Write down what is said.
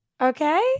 Okay